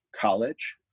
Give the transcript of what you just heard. college